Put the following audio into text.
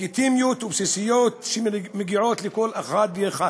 לגיטימיות ובסיסיות שמגיעות לכל אחד ואחת.